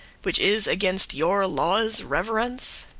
which is against your lawe's reverence?